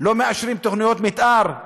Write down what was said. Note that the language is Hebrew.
לא מאשרות תוכניות מתאר,